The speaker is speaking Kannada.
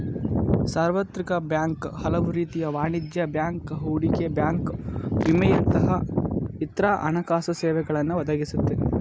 ಸಾರ್ವತ್ರಿಕ ಬ್ಯಾಂಕ್ ಹಲವುರೀತಿಯ ವಾಣಿಜ್ಯ ಬ್ಯಾಂಕ್, ಹೂಡಿಕೆ ಬ್ಯಾಂಕ್ ವಿಮೆಯಂತಹ ಇತ್ರ ಹಣಕಾಸುಸೇವೆಗಳನ್ನ ಒದಗಿಸುತ್ತೆ